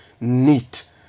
neat